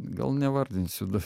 gal nevardinsiu dar